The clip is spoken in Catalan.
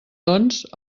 doncs